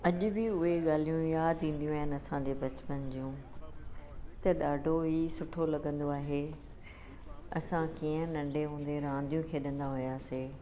अॼु बि उहे ॻाल्हियूं यादि ईंदियूं आहिनि असांजे बचपन जूं त ॾाढो ई सुठो लॻंदो आहे असां कीअं नंढे हूंदे रांदियूं खेॾंदा हुआसीं